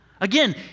Again